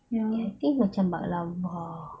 I think macam baklava